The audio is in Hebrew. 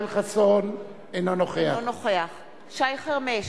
חסון, אינו נוכח שי חרמש,